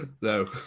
No